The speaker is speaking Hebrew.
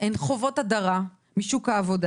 הן חוות הדרה משוק העבודה.